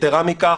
יתרה מכך,